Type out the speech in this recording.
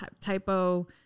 typo